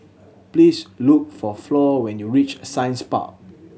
please look for Flor when you reach Science Park